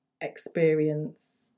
experience